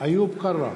איוב קרא,